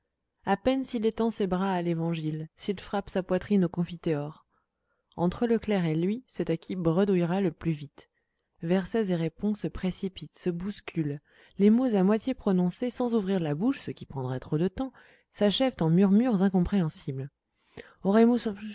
à peine s'il étend ses bras à l'évangile s'il frappe sa poitrine au confiteor entre le clerc et lui c'est à qui bredouillera le plus vite versets et répons se précipitent se bousculent les mots à moitié prononcés sans ouvrir la bouche ce qui prendrait trop de temps s'achèvent en murmures incompréhensibles